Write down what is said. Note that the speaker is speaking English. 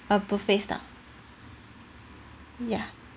a buffet style ya